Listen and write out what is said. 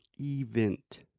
event